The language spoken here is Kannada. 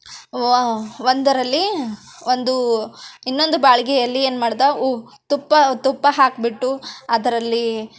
ಒ ಒಂದರಲ್ಲಿ ಒಂದು ಇನ್ನೊಂದು ಬಾಳ್ಗಿಯಲ್ಲಿ ಏನು ಮಾಡ್ದ ಉ ತುಪ್ಪ ತುಪ್ಪ ಹಾಕ್ಬಿಟ್ಟು ಅದರಲ್ಲಿ